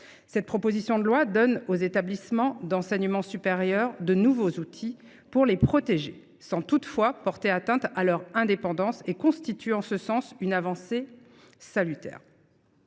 Cette proposition de loi vise à donner aux établissements d’enseignement supérieur de nouveaux outils pour les protéger, sans toutefois porter atteinte à l’indépendance des établissements. Ce texte constitue en ce sens une avancée salutaire.